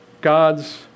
God's